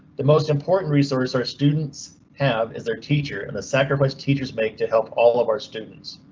the most important resource our students have as their teacher and the sacrificed teachers make to help all of our students.